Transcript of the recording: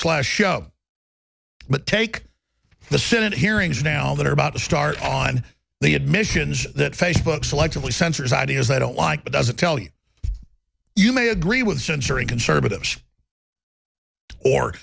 slash show but take the senate hearings now that are about to start on the admissions that facebook selectively censors ideas they don't like but doesn't tell you you may agree with censoring conservatives or